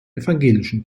evangelischen